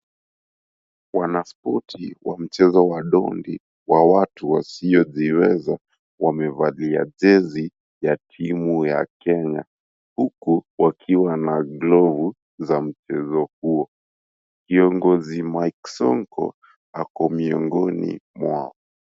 Wanaspoti wa mchezo wa dondi, wa watu wasiojiweza, wamevalia jezi ya timu ya Kenya, huku wakiwa na glovu za mchezo huo. Kiongozi Mike Sonko ako miongoni mwao.